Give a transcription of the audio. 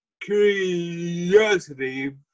curiosity